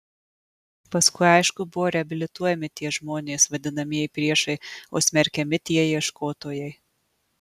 paskui aišku buvo reabilituojami tie žmonės vadinamieji priešai o smerkiami tie ieškotojai